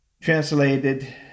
translated